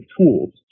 tools